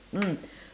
mm